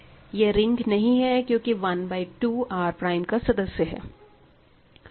यह रिंग नहीं है क्योंकि 1 बाय 2 R प्राइम का सदस्य है